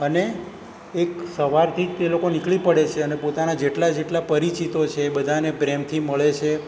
અને એક સવારથી જ તે લોકો નીકળી પડે છે અને પોતાના જેટલા જેટલા પરિચિતો છે બધાને પ્રેમથી મળે છે